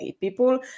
People